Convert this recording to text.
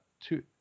two